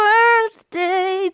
Birthday